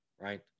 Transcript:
right